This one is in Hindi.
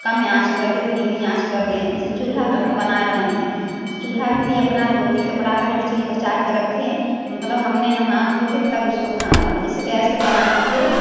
कम आँच कर दें धीमी आँच कर दें जैसे चूल्हा पर हम बना रहे तो चूल्हा पर भी अपना धोती कपड़ा हर एक चीज़ बचा कर रखें मतलब हमने नहा धो कर तब उसको खाना बनायें जिसे गैस पर बनना हो